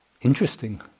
Interesting